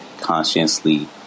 consciously